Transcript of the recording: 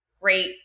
great